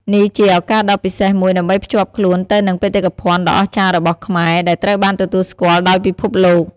នេះជា ឱកាសដ៏ពិសេសមួយដើម្បីភ្ជាប់ខ្លួនទៅនឹងបេតិកភណ្ឌដ៏អស្ចារ្យរបស់ខ្មែរ ដែលត្រូវបានទទួលស្គាល់ដោយពិភពលោក។